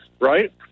right